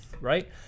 right